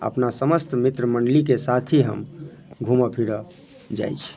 अपना समस्त मित्रमण्डलीके साथ ही हम घूमऽ फिरऽ जाइ छी